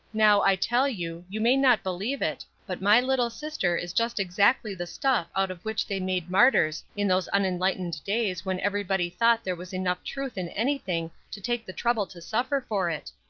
now i tell you, you may not believe it, but my little sister is just exactly the stuff out of which they made martyrs in those unenlightened days when anybody thought there was enough truth in anything to take the trouble to suffer for it.